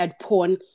porn